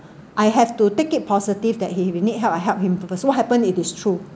I have to take it positive that !hey! if he need help I help him so what happened if it is true